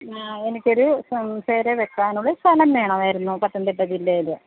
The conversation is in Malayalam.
എനിക്ക് ഒരു പുര വയ്ക്കാൻ ഒരു സ്ഥലം വേണമായിരുന്നു പത്തനംതിട്ട ജില്ലയിൽ